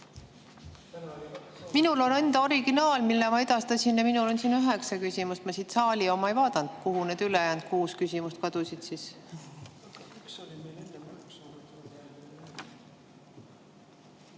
Minul on enda originaal, mille ma edastasin, ja siin on üheksa küsimust. Ma saali [versiooni] ei vaadanud. Kuhu need ülejäänud kuus küsimust kadusid siis?